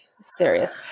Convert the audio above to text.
serious